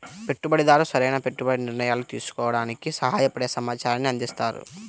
పెట్టుబడిదారు సరైన పెట్టుబడి నిర్ణయాలు తీసుకోవడానికి సహాయపడే సమాచారాన్ని అందిస్తారు